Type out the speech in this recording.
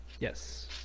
Yes